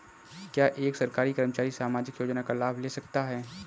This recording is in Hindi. क्या एक सरकारी कर्मचारी सामाजिक योजना का लाभ ले सकता है?